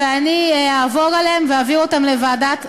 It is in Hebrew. ואני אעבור עליהן ואעביר אותן לוועדת החוקה,